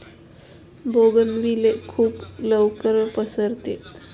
bougainvillea खूप लवकर पसरते